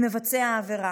העבירה,